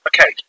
okay